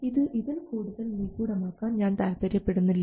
ഇത് ഇതിൽ കൂടുതൽ നിഗൂഢമാക്കാൻ ഞാൻ താത്പര്യപ്പെടുന്നില്ല